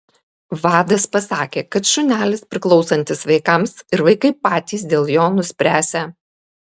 vadas pasakė kad šunelis priklausantis vaikams ir vaikai patys dėl jo nuspręsią